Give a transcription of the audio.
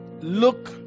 look